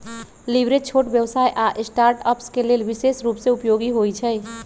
leverage छोट व्यवसाय आऽ स्टार्टअप्स के लेल विशेष रूप से उपयोगी होइ छइ